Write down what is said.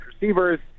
receivers